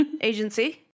Agency